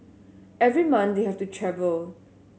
every month they have to travel